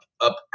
up